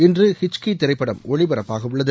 இன்று ஹிச்கி திரைப்படம் ஒளிபரப்பாகவுள்ளது